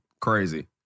crazy